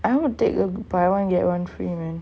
I won't your buy one get one free man